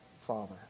Father